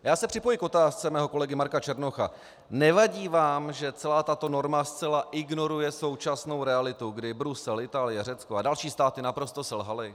Já se připojuji k otázce svého kolegy Marka Černocha: Nevadí vám, že celá tato norma zcela ignoruje současnou realitu, kdy Brusel, Itálie, Řecko a další státy naprosto selhaly?